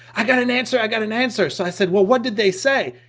i got an answer, i got an answer! so i said well, what did they say?